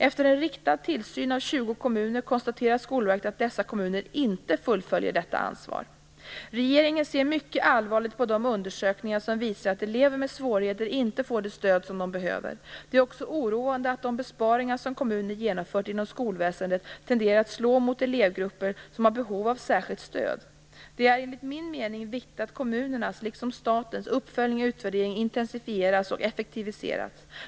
Efter en riktad tillsyn av 20 kommuner konstaterar Skolverket att dessa kommuner inte fullföljer detta ansvar. Regeringen ser mycket allvarligt på de undersökningar som visar att elever med svårigheter inte får det stöd som de behöver. Det är också oroande att de besparingar som kommuner genomfört inom skolväsendet tenderar att slå mot elevgrupper som har behov av särskilt stöd. Det är, enligt min mening, viktigt att kommunernas, liksom statens, uppföljning och utvärdering intensifieras och effektiviseras.